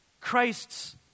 Christ's